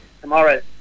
tomorrow